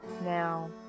Now